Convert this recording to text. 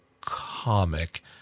comic